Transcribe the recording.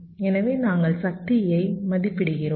எனவே நாங்கள் சக்தியை மதிப்பிடுகிறோம்